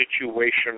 situation